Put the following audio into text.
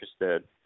interested